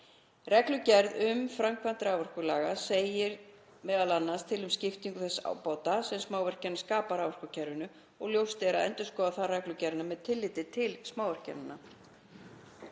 Reglugerð um framkvæmd raforkulaga segir m.a. til um skiptingu þess ábata sem smávirkjanir skapa raforkukerfinu og ljóst er að endurskoða þarf reglugerðina með tilliti til smávirkjananna.